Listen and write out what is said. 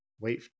Wait